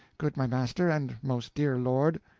good my master and most dear lord.